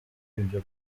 ibyo